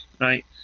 right